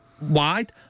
wide